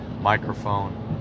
microphone